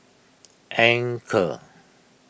Anchor